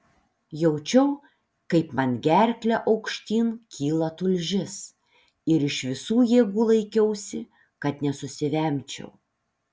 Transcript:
jaučiau kaip man gerkle aukštyn kyla tulžis ir iš visų jėgų laikiausi kad nesusivemčiau